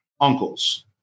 uncles